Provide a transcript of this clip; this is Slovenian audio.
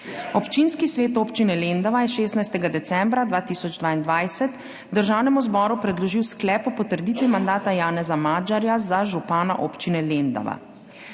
Občinski svet Občine Lendava je 16. decembra 2022 Državnemu zboru predložil Sklep o potrditvi mandata Janeza Magyarja za župana občine Lendava.